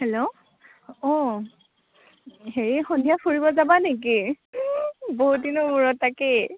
hello অঁ হেৰি সন্ধিয়া ফুৰিব যাবা নেকি বহুত দিনৰ মূৰত তাকেই